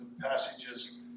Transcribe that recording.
passages